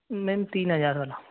ma'am तीन हज़ार वाला